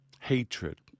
Hatred